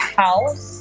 house